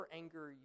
anger